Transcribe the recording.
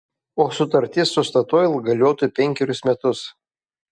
o sutartis su statoil galiotų penkerius metus